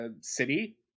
city